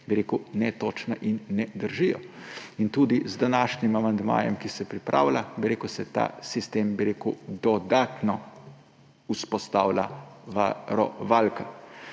bi rekel, netočna in ne držijo. In tudi z današnjim amandmajem, ki se pripravlja, se v ta sistem dodatno vzpostavlja varovalka.